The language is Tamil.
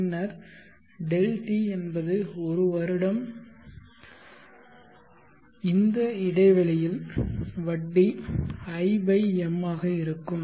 பின்னர் Δt என்பது 1 வருடம் m இந்த இடைவெளியில் வட்டி i m ஆக இருக்கும்